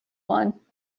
one